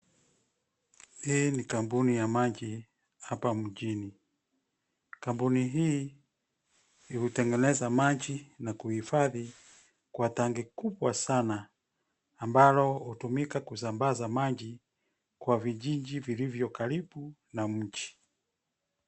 Hii ni kampuni ya maji hapa mjini. Kampuni hii hutengeneza maji na kuhifadhi kwa tanki kubwa sana ambalo hutumika kusambaza maji kwa vijiji vilivyo karibu na mji.